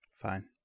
Fine